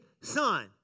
son